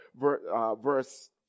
verse